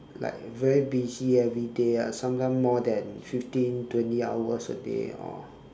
like very busy everyday ah sometimes more than fifteen twenty hours a day or